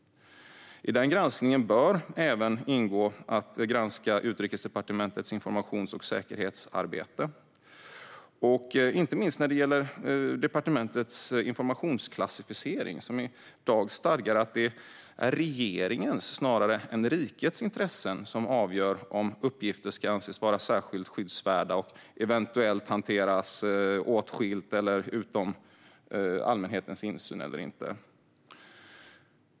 I den granskningen bör även ingå att granska Utrikesdepartementets informations och säkerhetsarbete - inte minst när det gäller departementets informationsklassificering, som i dag stadgar att det är regeringens snarare än rikets intressen som avgör om uppgifter ska anses vara särskilt skyddsvärda och eventuellt hanteras åtskilt eller utom allmänhetens insyn eller inte.